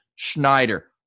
Schneider